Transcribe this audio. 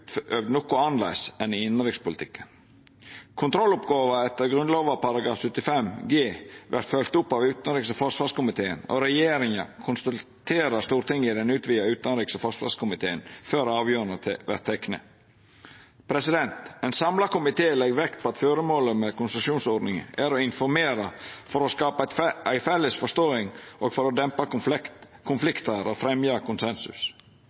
noko annleis enn i innanrikspolitikken. Kontrolloppgåva etter Grunnlova § 75 g vert følgd opp av utanriks- og forsvarskomiteen, og regjeringa konsulterer Stortinget i den utvida utanriks- og forsvarskomiteen før avgjerder vert tekne. Ein samla komité legg vekt på at føremålet med konsultasjonsordninga er å informera for å skapa ei felles forståing og for å dempa